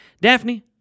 Daphne